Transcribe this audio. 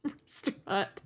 restaurant